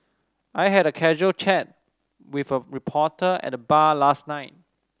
I had a casual chat with a reporter at the bar last night